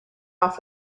off